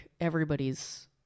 everybody's